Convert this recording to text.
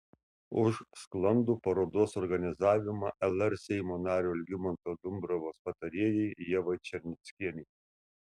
už sklandų parodos organizavimą lr seimo nario algimanto dumbravos patarėjai ievai černeckienei